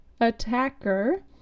attacker